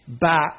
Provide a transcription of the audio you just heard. back